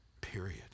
period